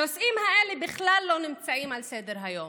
הנושאים האלה בכלל לא נמצאים על סדר-היום.